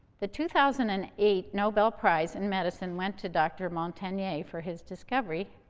the two thousand and eight nobel prize in medicine went to dr. montagnier for his discovery.